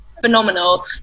phenomenal